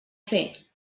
fer